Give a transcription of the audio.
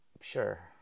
Sure